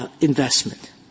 investment